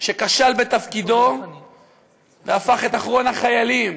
שכשל בתפקידו והפך את אחרון החיילים,